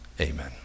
amen